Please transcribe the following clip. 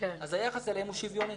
אז היחס אליהם הוא שוויוני.